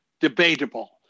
debatable